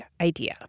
idea